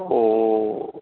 oh